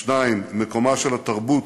2. מקומה של התרבות